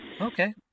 Okay